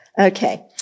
Okay